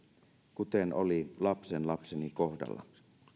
kuten oli lapsenlapseni kohdalla